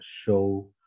show